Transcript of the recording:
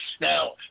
Now